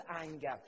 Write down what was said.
anger